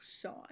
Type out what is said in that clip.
Sean